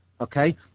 okay